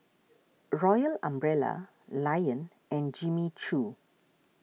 Royal Umbrella Lion and Jimmy Choo